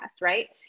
right